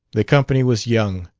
the company was young,